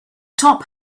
top